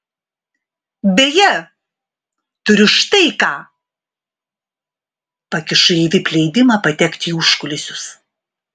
beje turiu štai ką pakišu jai vip leidimą patekti į užkulisius